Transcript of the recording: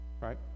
Right